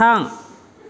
थां